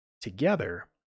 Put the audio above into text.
together